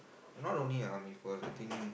cannot only lah me first I think